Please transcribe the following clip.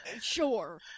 Sure